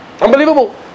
Unbelievable